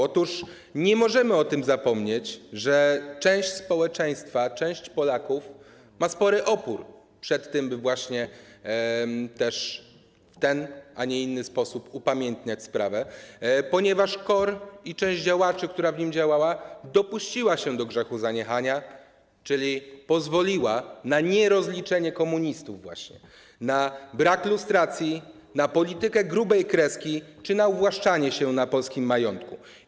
Otóż nie możemy o tym zapomnieć, że część społeczeństwa, część Polaków ma spory opór przed tym, by w ten, a nie inny sposób upamiętniać sprawę, ponieważ KOR, część działaczy, która w nim działała, dopuściła się do grzechu zaniechania, czyli pozwoliła na nierozliczenie komunistów, na brak lustracji, na politykę grubej kreski czy na uwłaszczanie się na polskim majątku.